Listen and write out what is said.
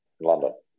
london